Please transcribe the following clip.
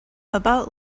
about